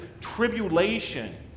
tribulation